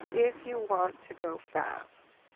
if you want to go fast,